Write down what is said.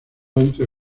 entre